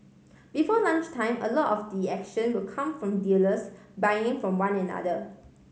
before lunchtime a lot of the action will come from dealers buying from one another